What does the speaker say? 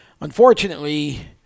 Unfortunately